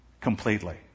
completely